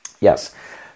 Yes